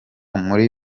muri